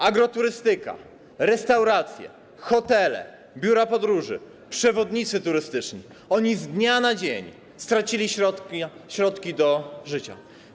Agroturystyka, restauracje, hotele, biura podróży, przewodnicy turystyczni - oni z dnia na dzień stracili środki do życia.